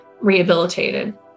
rehabilitated